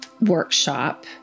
workshop